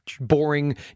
boring